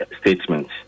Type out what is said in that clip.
statements